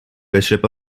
bishop